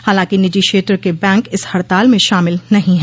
हालांकि निजी क्षेत्र के बैंक इस हड़ताल में शामिल नहीं हैं